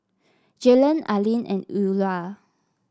Jalon Aleen and Eulah